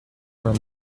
нам